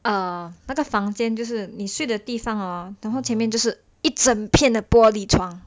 啊那个房间就是你睡的地方 hor table 前面就是一整片的玻璃窗